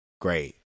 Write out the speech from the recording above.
great